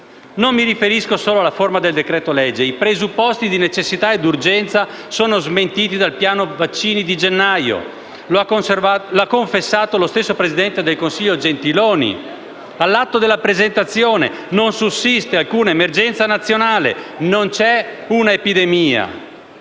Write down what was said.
Non mi riferisco solo alla forma del decreto-legge: i presupposti di necessità e urgenza sono smentiti dal piano vaccini di gennaio. L'ha confessato lo stesso presidente del Consiglio Gentiloni Silveri all'atto della presentazione: «non sussiste alcuna emergenza nazionale», non c'è un'epidemia;